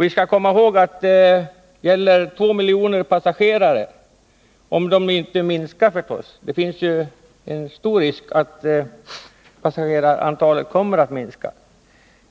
Vi skall komma ihåg att det gäller 2 miljoner passagerare, om inte passagerarantalet minskar förstås — det finns stor risk för det.